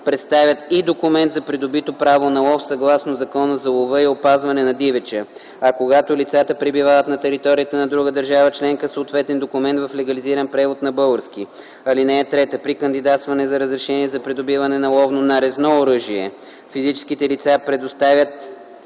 представят и документ за придобито право на лов, съгласно Закона за лова и опазване на дивеча, а когато лицата пребивават на територията на друга държава членка – съответен документ в легализиран превод на български език. (3) При кандидатстване за разрешение за придобиване на ловно нарезно оръжие физическите лица представят